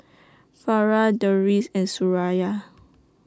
Farah Deris and Suraya